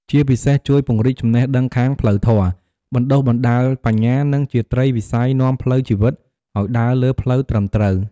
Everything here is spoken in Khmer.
ជាពិសេសជួយពង្រីកចំណេះដឹងខាងផ្លូវធម៌ បណ្ដុះបណ្ដាលបញ្ញា និងជាត្រីវិស័យនាំផ្លូវជីវិតឱ្យដើរលើផ្លូវត្រឹមត្រូវ។